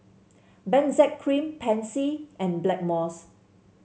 Benzac Cream Pansy and Blackmores